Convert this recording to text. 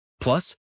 Plus